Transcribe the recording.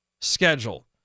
schedule